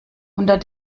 unter